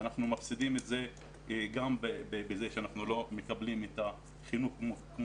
ואנחנו מפסידים את זה בזה שאנחנו לא מקבלים את החינוך כמו